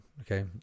okay